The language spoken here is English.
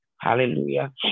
Hallelujah